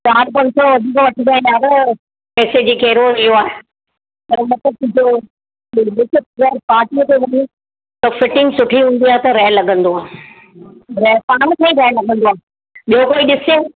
चारि पंज सौ वधीक वठंदा यारु पैसे जे केरो इहो आहे पर मतिलबु तुहिंजो विचित्र यारु पार्टीअ ते वञी सभु फिटिंग सुठी हूंदी आहे त रैअर लॻंदो आहे ड्रैस पाण खे ई रैअर लॻंदो आहे ॿियो कोई ॾिसे